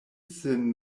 sin